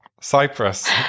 cyprus